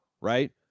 right